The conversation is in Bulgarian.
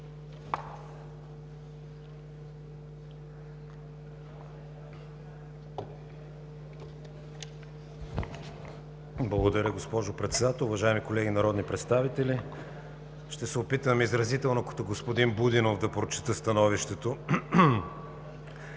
Благодаря Ви, госпожо Председател. Уважаеми колеги народни представители, ще се опитам изразително, като господин Будинов, да прочета становището.